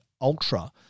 Ultra